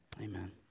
Amen